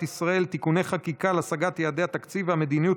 ישראל (תיקוני חקיקה להשגת ידעי התקציב והמדיניות